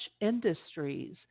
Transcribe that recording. industries